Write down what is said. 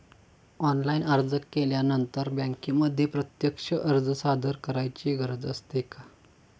Online अर्ज केल्यानंतर बँकेमध्ये प्रत्यक्ष अर्ज सादर करायची गरज असते का?